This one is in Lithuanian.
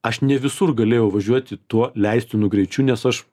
aš ne visur galėjau važiuoti tuo leistinu greičiu nes aš